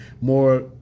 more